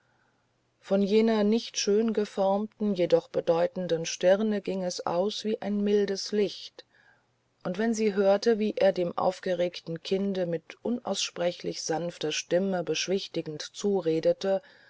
von jener nicht schön geformten jedoch bedeutenden stirne ging es aus wie ein mildes licht und wenn sie hörte wie er dem aufgeregten kinde mit unaussprechlich sanfter stimme beschwichtigend zuredete